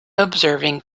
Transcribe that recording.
observing